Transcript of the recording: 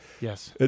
Yes